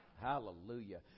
Hallelujah